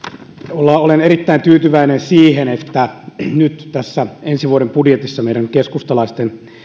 olen erittäin tyytyväinen siihen että nyt tässä ensi vuoden budjetissa näkyy meidän keskustalaisten